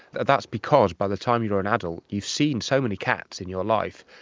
that's because by the time you are an adult you've seen so many cats in your life,